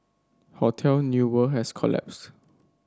Hotel New World has collapsed